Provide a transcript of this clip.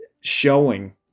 showing